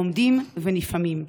עומדים ונפעמים,